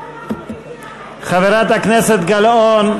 תיזהרו מהחוקים שלכם, חברת הכנסת גלאון,